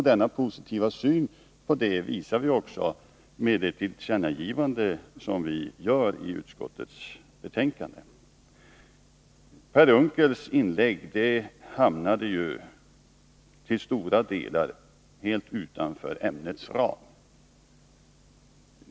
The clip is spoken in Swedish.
Denna vår positiva syn visar vi också med det tillkännagivande som vi gör i utskottsbetänkandet. Per Unckels inlägg hämnade till stora delar helt utanför ämnets ram.